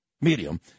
medium